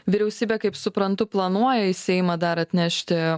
vyriausybė kaip suprantu planuoja į seimą dar atnešti